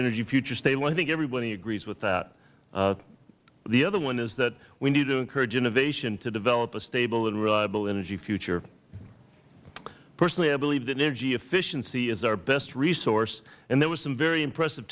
energy future stable and i think everybody agrees with that the other one is that we need to encourage innovation to develop a stable and reliable energy future personally i believe that energy efficiency is our best resource and there was some very impressive